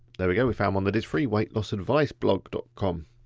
there we go, we found one that is free, weightlossadviceblog com.